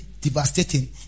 devastating